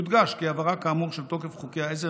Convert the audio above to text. יודגש כי הבהרה כאמור של תוקף חוקי העזר